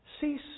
cease